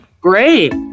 Great